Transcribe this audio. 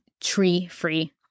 tree-free